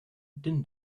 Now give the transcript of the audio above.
din